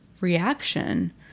reaction